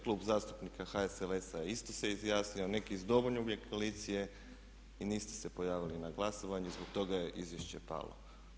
Klub zastupnika HSLS-a isto se izjasnio, neki iz domoljubne koalicije i niste se pojavili na glasovanju, zbog toga je izvješće palo.